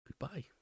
goodbye